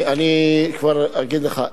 אני כבר אגיד לך.